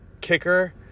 kicker